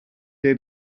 dei